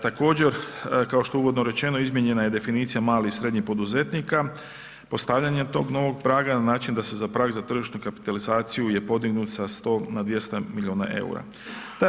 Također, kao što je uvodno rečeno izmijenjena je definicija malih i srednjih poduzetnika postavljanjem tog novog praga na način da se za prag za tržišnu kapitalizaciju je podignut sa 100 na 200 miliona EUR-a.